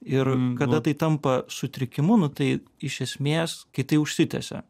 ir kada tai tampa sutrikimu nu tai iš esmės kai tai užsitęsia